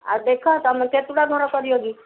ଆଉ ଦେଖ ତୁମେ କେତେଟା ଘର କରିବ କି